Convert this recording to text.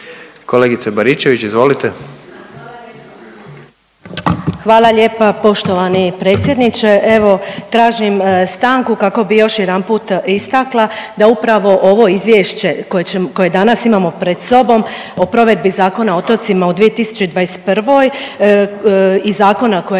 izvolite. **Baričević, Danica (HDZ)** Hvala lijepa poštovani predsjedniče. Evo tražim stanku kako bi još jedanput istakla da upravo ovo izvješće koje danas imamo pred sobom o provedbi Zakona o otocima u 2021. i zakona kojeg